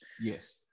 Yes